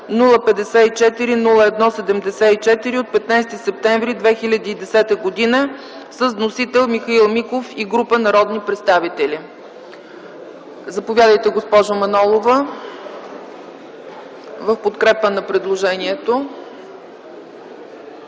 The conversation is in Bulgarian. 054-01-74, от 15 септември 2010 г., с вносител Михаил Миков и група народни представители. Заповядайте, госпожо Манолова – в подкрепа на предложението.